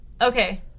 Okay